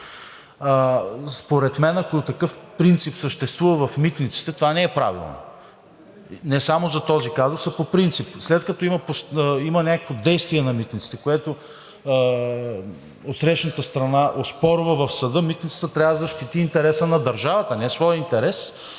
Според мен, ако такъв принцип съществува в „Митниците“, това не е правилно не само за този казус, а по принцип. След като има някакво действие на „Митниците“, което отсрещната страна оспорва в съда, Митницата трябва да защити интереса на държавата, а не своя интерес